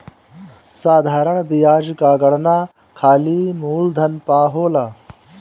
साधारण बियाज कअ गणना खाली मूलधन पअ होला